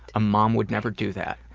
a mom would never do that.